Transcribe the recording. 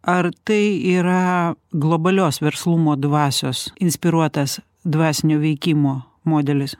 ar tai yra globalios verslumo dvasios inspiruotas dvasinio veikimo modelis